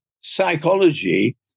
psychology